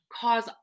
cause